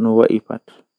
mi buri yidugo.